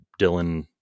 Dylan